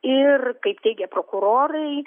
ir kaip teigė prokurorai